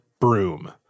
broom